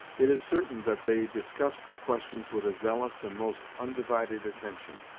it is certain that they discussed the questions with a zealous and most undivided attention.